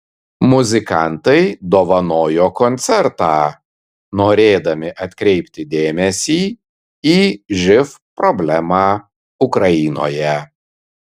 muzikantai dovanojo koncertą norėdami atkreipti dėmesį į živ problemą ukrainoje